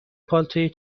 پالتوی